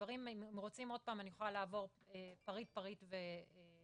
רוצים עוד פעם אני יכולה לעבור פריט פריט ולהסביר,